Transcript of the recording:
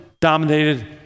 dominated